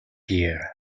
here